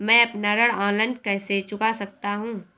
मैं अपना ऋण ऑनलाइन कैसे चुका सकता हूँ?